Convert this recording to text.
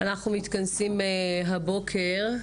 אנחנו מתכנסים הבוקר,